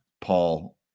Paul